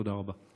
תודה רבה.